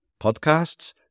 podcasts